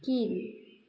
கீழ்